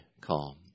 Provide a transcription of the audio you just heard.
calm